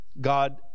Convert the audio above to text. God